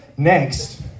Next